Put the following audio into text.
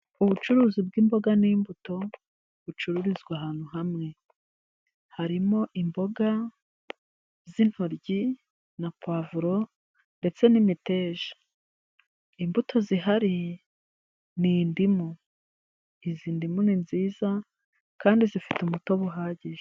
Ubucuruzi bw'imboga n'imbuto bucururizwa ahantu hamwe harimo imboga z'intoryi na puwavuro ndetse n'imiteja. imbuto zihari ni indimu izi ndimu ni nziza kandi zifite umutobe uhagije.